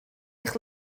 eich